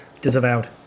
Disavowed